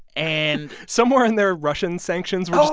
and. somewhere in there, russian sanctions were just